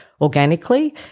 organically